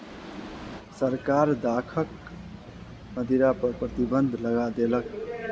सरकार दाखक मदिरा पर प्रतिबन्ध लगा देलक